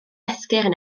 esgyrn